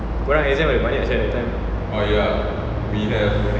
korang exam ada banyak sia that time